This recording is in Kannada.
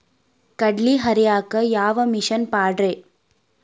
ಕಡ್ಲಿ ಹರಿಯಾಕ ಯಾವ ಮಿಷನ್ ಪಾಡ್ರೇ?